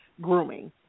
grooming